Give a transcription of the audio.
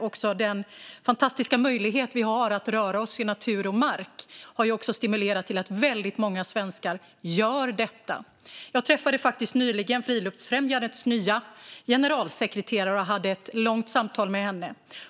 och den fantastiska möjlighet vi har att röra oss i natur och mark har stimulerat många svenskar att göra detta. Jag träffade nyligen Friluftsfrämjandets nya generalsekreterare och hade ett långt samtal med henne.